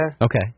okay